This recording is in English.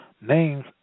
Names